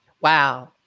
Wow